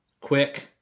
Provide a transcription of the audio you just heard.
quick